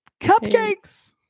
Cupcakes